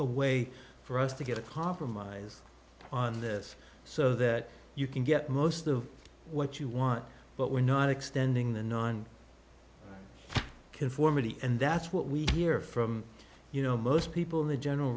a way for us to get a compromise on this so that you can get most of what you want but we're not extending the non conformity and that's what we hear from you know most people in the general